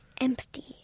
empty